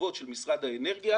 הכתובות של משרד האנרגיה,